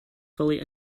fully